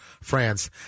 France